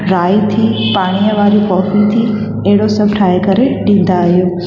राई थी पाणीअ वारी कॉफी थी अहिड़ो सभु ठाहे करे ॾींदा आहियूं